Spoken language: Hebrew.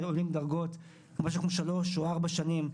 --- עולים דרגות במשהו כמו שלוש או ארבע שנים,